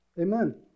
Amen